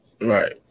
right